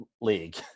league